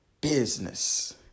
business